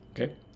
Okay